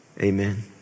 Amen